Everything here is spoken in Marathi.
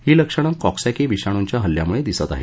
ही लक्षणे कॉकसक्ती विषाणूंच्या हल्ल्यामुळे दिसत आहेत